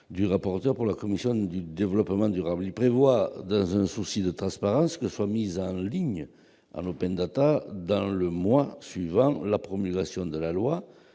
du rapporteur de la commission du développement durable. Il prévoit, dans un souci de transparence, que soient mis en ligne en, dans le mois suivant la promulgation de la loi,